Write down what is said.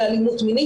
לאלימות מינית,